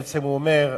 בעצם הוא אומר: